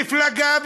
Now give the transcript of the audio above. מפלגה,